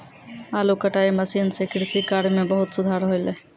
आलू कटाई मसीन सें कृषि कार्य म बहुत सुधार हौले